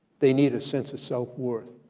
they need a sense of self worth.